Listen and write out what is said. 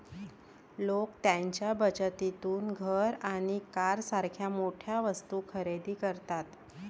लोक त्यांच्या बचतीतून घर आणि कारसारख्या मोठ्या वस्तू खरेदी करतात